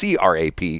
CRAP